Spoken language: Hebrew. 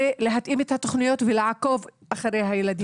ולהתאים את התוכניות ולעקוב אחרי הילדים.